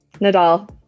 Nadal